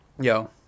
Yo